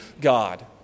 God